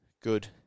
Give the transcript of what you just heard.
good